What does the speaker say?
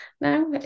now